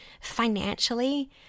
financially